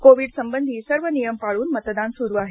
Covid संबंधी सर्व नियम पळून मतदान सुरू आहे